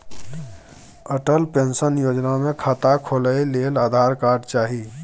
Atal pension Yojana मे खाता खोलय लेल आधार कार्ड चाही